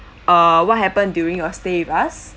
uh what happened during your stay with us